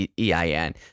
EIN